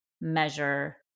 measure